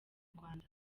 rwanda